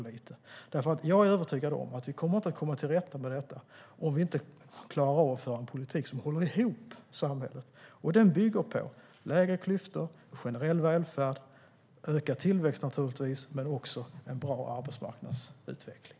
Jag är nämligen övertygad om att vi inte kommer att komma till rätta med detta om vi inte klarar av att föra en politik som håller ihop samhället. Den bygger på lägre klyftor, generell välfärd och naturligtvis ökad tillväxt - men också en bra arbetsmarknadsutveckling.